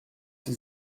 ces